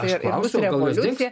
tai ir bus revoliucija